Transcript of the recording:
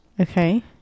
Okay